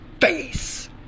face